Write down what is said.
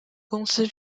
公司